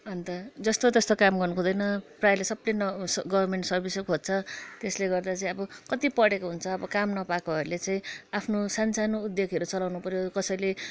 अन्त जस्तोतस्तो काम गर्नु खोज्दैन प्रायःले सबैले न गर्मेन्ट सर्बिसै खोज्छ त्यसले गर्दा चाहिँ अब कति पढेको हुन्छ अब काम नपाएकोहरूले चाहिँ आफ्नो सानसानो उद्योगहरू चलाउनु पऱ्यो कसैले